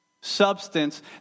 substance